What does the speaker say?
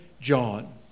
John